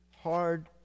hard